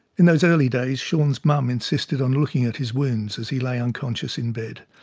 in those early days, shaun's mum insisted on looking at his wounds as he lay unconscious in bed.